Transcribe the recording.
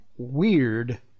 weird